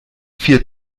vier